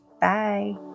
Bye